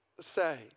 say